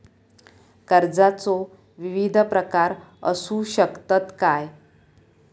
कर्जाचो विविध प्रकार असु शकतत काय?